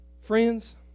Friends